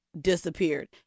disappeared